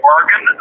Oregon